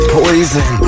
poison